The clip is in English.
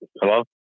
hello